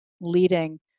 leading